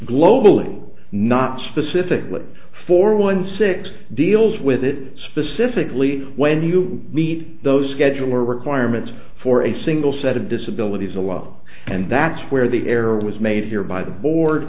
global not specifically for one six deals with it specifically when you meet those scheduler requirements for a single set of disabilities a lot and that's where the error was made here by the board